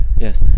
Yes